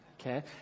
Okay